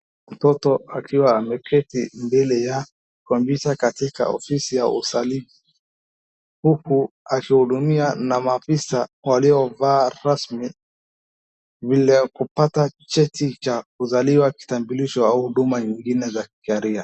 Mtoto akiwa ameketi mbele ya meza katika ofisi ya utalii huku akihudumiwa na maafisa waliovaa rasmi vile ya kupata cheti cha kuzaliwa, kitambulisho au huduma zingine za kisheria.